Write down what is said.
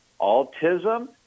autism